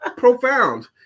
profound